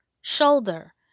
shoulder